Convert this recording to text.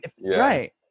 right